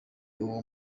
uwo